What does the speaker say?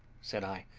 said i,